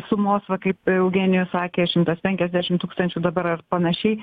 sumos va kaip eugenijus sakė šimtas penkiasdešim tūkstančių dabar ar panašiai